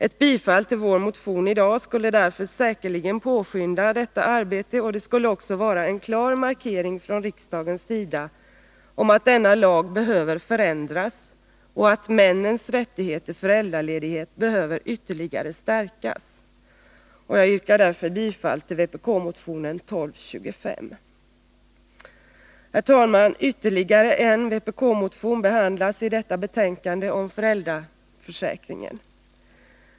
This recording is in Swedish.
Ett bifall till vår motion i dag skulle säkerligen påskynda arbetet, och det skulle också vara en klar markering från riksdagen att denna lag behöver förändras samt att männens rätt till föräldraledighet ytterligare behöver stärkas. Jag yrkar bifall till vpk-motionen 1225. Herr talman! Ytterligare en vpk-motion behandlas i detta betänkande om föräldraförsäkringen.